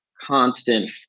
constant